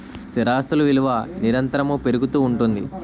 స్థిరాస్తులు విలువ నిరంతరము పెరుగుతూ ఉంటుంది